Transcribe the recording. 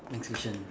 next question